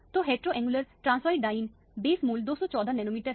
तो heteroannular transoid diene base मूल्य 214 nanometre है